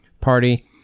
party